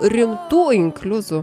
rimtų inkliuzų